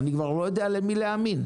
אני כבר לא יודע למי להאמין.